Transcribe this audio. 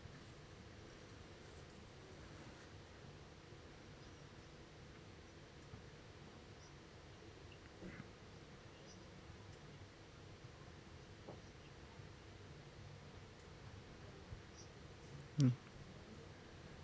mm